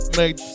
made